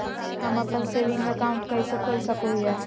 हम अप्पन saving account कइसे खोल सको हियै?